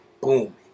Boom